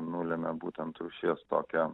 nulemia būtent rūšies tokią